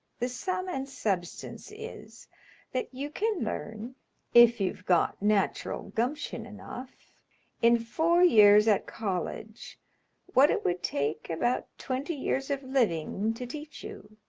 the sum and substance is that you can learn if you've got natural gumption enough in four years at college what it would take about twenty years of living to teach you.